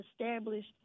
established